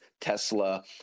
Tesla